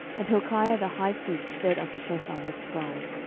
and hilkiah the high priest said unto shaphan the scribe,